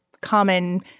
common